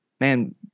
man